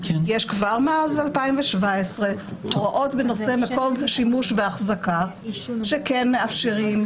יש כבר מאז 2017 הוראות בנושא מקום ושימוש והחזקה שכן מאפשרים.